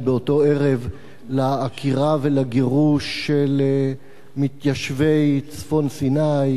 של העקירה והגירוש של מתיישבי צפון סיני,